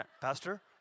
Pastor